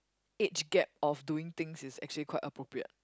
each gap of doing things is actually quite appropriate